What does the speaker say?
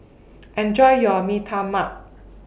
Enjoy your Mee Tai Mak